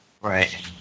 Right